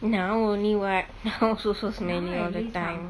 now only what now it's also smelly all the time